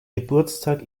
geburtstag